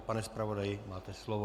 Pane zpravodaji, máte slovo.